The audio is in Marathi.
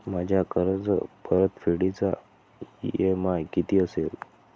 माझ्या कर्जपरतफेडीचा इ.एम.आय किती असेल?